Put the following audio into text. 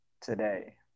today